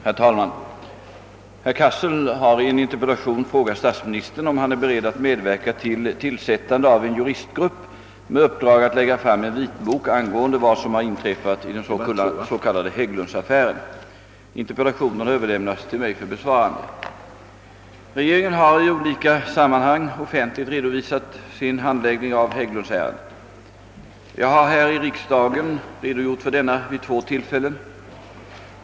Herr talman! Herr Cassel har i en in terpellation frågat statsministern om han är beredd att medverka till tillsättandet av en juristgrupp med uppdrag att lägga fram en vitbok angående vad som har inträffat i den s.k. Hägglundsaffären. Interpellationen har överlämnats till mig för besvarande. Regeringen har i olika sammanhang offentligt redovisat sin handläggning av Hägglundsärendet. Jag har här i riksdagen redogjort för denna vid två tillfällen.